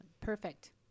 Perfect